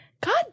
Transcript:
God